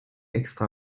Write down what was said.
extra